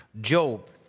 Job